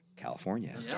California